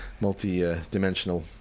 multi-dimensional